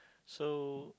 so